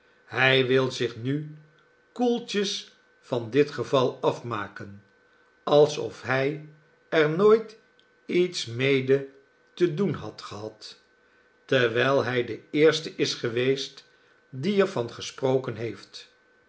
hij wil zich nu koeltjes van dit geval afmaken alsof hij er nooit iets mede te doen had gehad terwijl hij de eerste is geweest die er van gesproken heeft